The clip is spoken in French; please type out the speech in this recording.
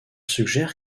suggère